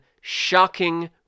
shocking